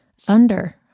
Thunder